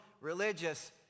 religious